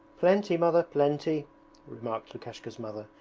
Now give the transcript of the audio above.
plenty, mother, plenty remarked lukashka's mother,